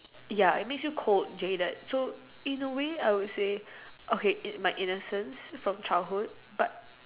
ya it makes you cold jaded so in a way I would say okay my innocence from childhood but